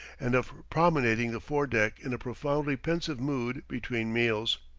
and of promenading the fore-deck in a profoundly pensive mood between meals.